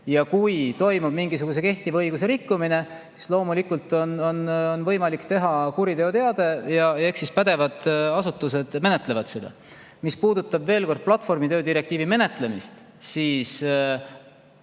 Aga kui toimub mingisuguse kehtiva õiguse rikkumine, siis loomulikult on võimalik teha kuriteoteade ja eks siis pädevad asutused menetlevad seda. Mis puudutab platvormitöö direktiivi menetlemist, siis